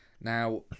now